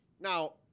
Now